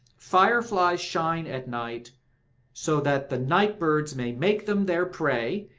fire-flies shine at night so that the night-birds may make them their prey,